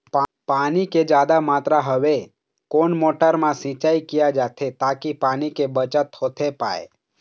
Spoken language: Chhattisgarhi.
पानी के जादा मात्रा हवे कोन मोटर मा सिचाई किया जाथे ताकि पानी के बचत होथे पाए?